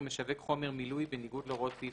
(10)משווק חומר מילוי בניגוד להוראות סעיף